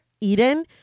Eden